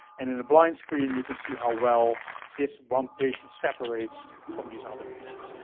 and in a blind screen, you can see how well this one patient separates from these other patients.